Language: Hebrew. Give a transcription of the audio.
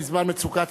בזמן מצוקה,